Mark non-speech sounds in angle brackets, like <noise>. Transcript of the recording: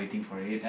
<breath>